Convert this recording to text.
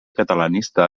catalanista